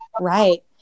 Right